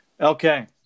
Okay